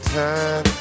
time